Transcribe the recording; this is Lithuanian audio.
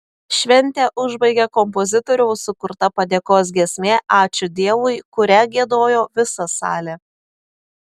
šventę užbaigė kompozitoriaus sukurta padėkos giesmė ačiū dievui kurią giedojo visa salė